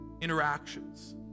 interactions